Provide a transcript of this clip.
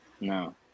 No